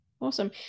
Awesome